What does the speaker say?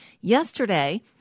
Yesterday